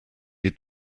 est